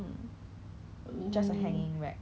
then it's a bit ironic to me lah